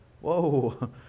Whoa